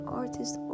artist